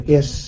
Yes